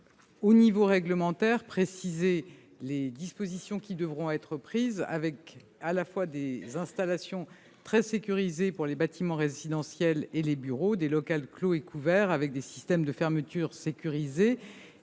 l'échelon réglementaire, préciser les dispositions qui devront être prises, avec à la fois des installations très sécurisées pour les bâtiments résidentiels et les bureaux, des locaux clos et couverts dotés de systèmes de fermeture sécurisée,